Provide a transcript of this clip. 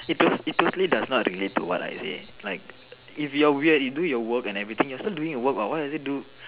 it tot~ it totally does not relate to what I say like if you're weird you still do your work and everything you're still doing your work what why would you